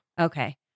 Okay